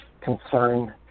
concern